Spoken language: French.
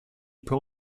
peux